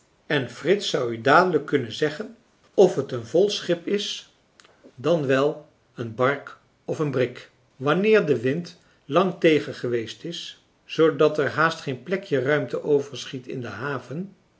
en frits zou u dadelijk kunnen zeggen of het een vol schip is dan wel een bark of een brik wanneer de wind lang tegen geweest is zoodat er haast geen plekje ruimte overschiet in de haven